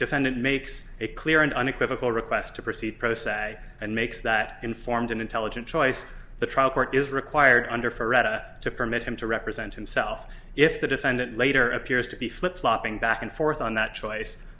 defendant makes it clear and unequivocal requests to proceed and makes that informed and intelligent choice the trial court is required under ferretti to permit him to represent himself if the defendant later appears to be flip flopping back and forth on that choice